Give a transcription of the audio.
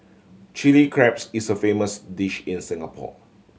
chilli crabs is a famous dish in Singapore